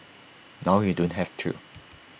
now you don't have to